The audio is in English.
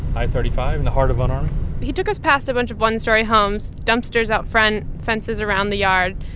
i thirty five in the heart of von ormy um he took us past a bunch of one-story homes, dumpsters out front, fences around the yards.